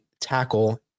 tackle